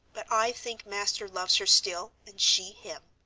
but i think master loves her still, and she him.